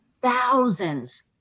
thousands